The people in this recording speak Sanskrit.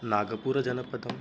नागपुरजनपदम्